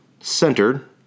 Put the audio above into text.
centered